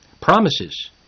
promises